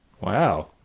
Wow